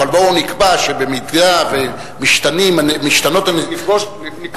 אבל בואו נקבע שאם משתנות הנסיבות,